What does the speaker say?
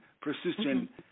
persistent